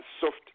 soft